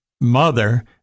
mother